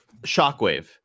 Shockwave